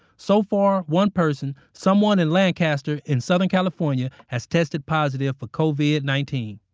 so far, one person, someone in lancaster, in southern california, has tested positive for covid nineteen